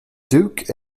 duke